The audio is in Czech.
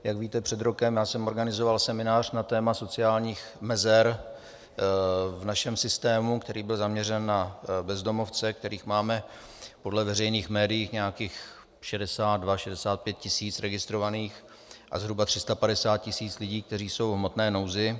Jak víte, před rokem jsem organizoval seminář na téma sociálních mezer v našem systému, který byl zaměřen na bezdomovce, kterých máme podle veřejných médií nějakých 62 až 65 tisíc registrovaných, a zhruba 350 tisíc lidí, kteří jsou v hmotné nouzi.